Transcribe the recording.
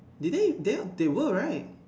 did they they are they were right